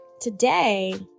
today